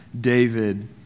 David